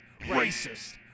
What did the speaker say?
racist